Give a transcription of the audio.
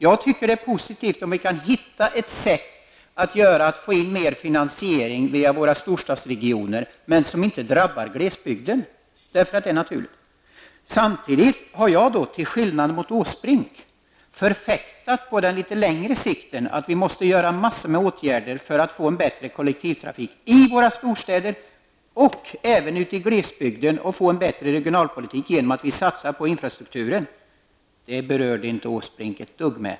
Jag tycker att det vore positivt om vi kunde hitta ett sätt att öka finansieringen i våra storstadsregioner. Men det får inte drabba glesbygden. Samtidigt har jag, till skillnad från Erik Åsbrink, på litet längre sikt förfäktat att vi måste vidta en mängd åtgärder för att få en bättre kollektivtrafik i våra storstäder, men även i glesbygden. Vi behöver få en bättre regionalpolitik genom att satsa på infrastruktur. Det berörde inte Erik Åsbrink ett dugg.